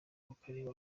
bakareba